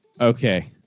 Okay